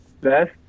best